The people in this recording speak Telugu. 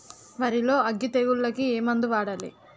వరిలో అగ్గి తెగులకి ఏ మందు వాడాలి?